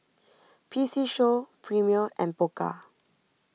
P C Show Premier and Pokka